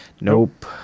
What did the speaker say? Nope